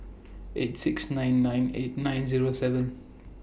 eight six nine nine eight nine Zero seven